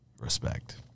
Respect